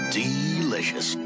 delicious